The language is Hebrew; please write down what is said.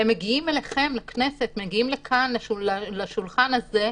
מגיעים אליכם לכנסת, מגיעים לכאן, לשולחן הזה,